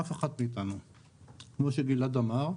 אף אחת מאיתנו-כמו שגלעד אמר,